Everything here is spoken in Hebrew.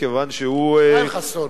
ישראל חסון,